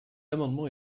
amendement